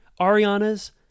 Ariana's